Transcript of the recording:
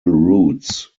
routes